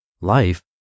life